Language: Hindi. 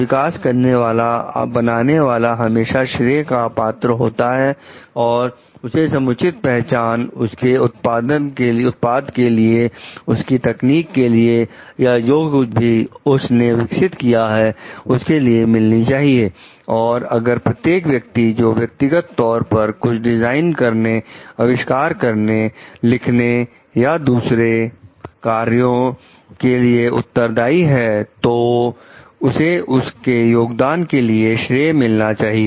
विकसित करने वाला बनाने वाला हमेशा श्रेया का पात्र होता है और उसे समुचित पहचान उसके उत्पाद के लिए उसकी तकनीक के लिए या जो कुछ भी उस ने विकसित किया है उसके लिए मिलना चाहिए और अगर प्रत्येक व्यक्ति जो व्यक्तिगत तौर पर कुछ डिजाइन करने अविष्कार करने लिखने या दूसरे कार्यों के लिए उत्तरदाई है तो उसे उसके योगदान के लिए श्रेय मिलना चाहिए